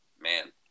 man